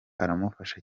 aramfasha